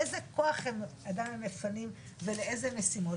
איזה כוח אדם הם מפנים ולאיזה משימות.